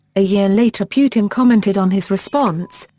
a year later putin commented on his response,